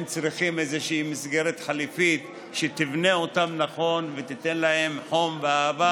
הם צריכים איזושהי מסגרת חליפית שתבנה אותם נכון ותיתן להם חום ואהבה,